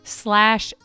slash